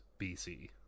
BC